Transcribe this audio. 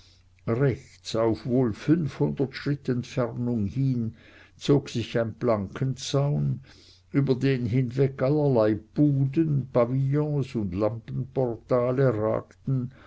rechts auf wohl fünfhundert schritt entfernung hin zog sich ein plankenzaun über den hinweg allerlei buden pavillons und lampenportale ragten